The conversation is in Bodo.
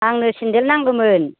आंनो सिन्देल नांगौमोन